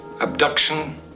abduction